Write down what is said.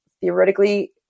theoretically